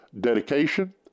dedication